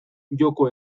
joko